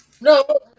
No